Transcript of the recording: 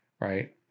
right